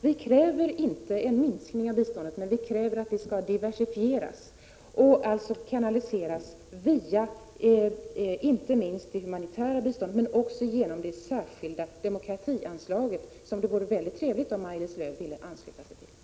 Vi kräver inte minskning av biståndet, men vi kräver att det skall diversifieras och kanaliseras via enskilda organisationer. Det gäller såväl det humanitära biståndet som det särskilda demokratianslaget, som det vore väldigt trevligt om Maj-Lis Lööw ville ansluta sig till.